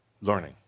Learning